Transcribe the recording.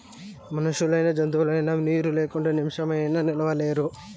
మనుషులైనా జంతువులైనా నీరు లేకుంటే నిమిసమైనా నిలువలేరు